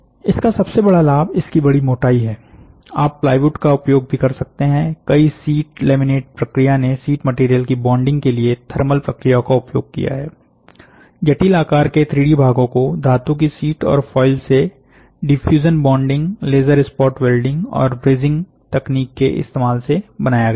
इसका सबसे बड़ा लाभ इसकी बड़ी मोटाई है आप प्लाईवुड का उपयोग भी कर सकते हैं कई शीट लेमिनेशन प्रक्रिया ने शीट मटेरियल की बॉन्डिंग के लिए थर्मल प्रक्रियाओं का उपयोग किया है जटिल आकार के 3 डी भागों को घातु की शीट और फॉयल से diffusion bonding laser spot welding और ब्रेजिंग तकनीक के इस्तेमाल से बनाया गया है